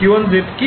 k1z কি